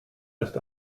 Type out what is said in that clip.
ist